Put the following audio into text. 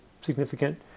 significant